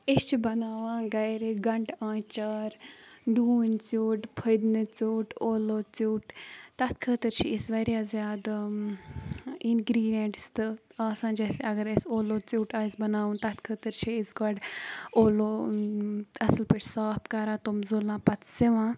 أسۍ چھِ بَناوان گَرِ گَنٛڈٕ آنچار ڈوٗنۍ ژیوٚٹ فٔدنہٕ ژیوٚٹ اولو ژیوٚٹ تَتھ خٲطرٕ چھِ أسۍ واریاہ زیادٕ اِنگریٖڈیَنٹٕس تہٕ آسان جیسے اَگر أسۍ اولو ژیوٚٹ آسہِ بَناوُن تَتھ خٲطرٕ چھِ أسۍ گۄڈٕ اولو اَصٕل پٲٹھۍ صاف کَران تِم زٕلان پَتہٕ سِوان